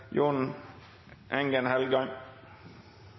Jon